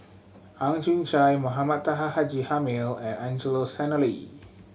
Ang Chwee Chai Mohamed Taha Haji Jamil and Angelo Sanelli